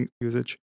usage